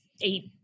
eight